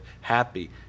happy